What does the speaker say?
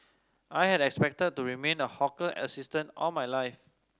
I had expected to remain a hawker assistant all my life